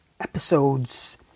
episodes